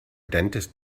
dentist